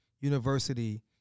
University